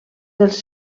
dels